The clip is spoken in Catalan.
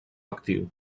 actiu